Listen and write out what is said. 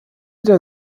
der